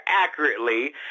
accurately